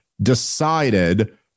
decided